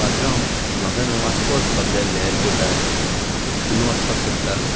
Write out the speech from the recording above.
पात्रांव म्हाका न्हू वास्को वचपाक जाय आसलें एअरपोर्टार तुमी वचपाक शकता